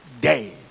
day